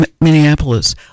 Minneapolis